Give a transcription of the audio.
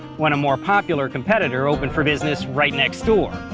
when a more popular competitor opened for business right next door.